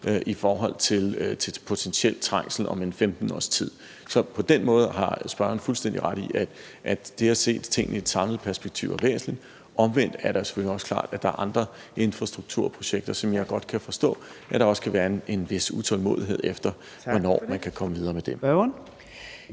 i forhold til potentiel trængsel om en 15-årstid. På den måde har spørgeren fuldstændig ret i, at det at se tingene i et samlet perspektiv er væsentligt. Omvendt er det selvfølgelig også klart, at der er andre infrastrukturprojekter, som jeg godt kan forstå der kan være en vis utålmodighed efter at vide hvornår man kan komme videre med.